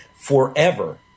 forever